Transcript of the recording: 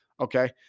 Okay